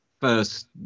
First